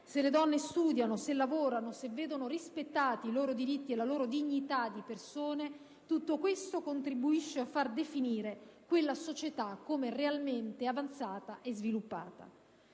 se le donne studiano, se lavorano, se vedono rispettati i loro diritti e la loro dignità di persone, tutto questo contribuisce a far definire quella società come realmente avanzata e sviluppata.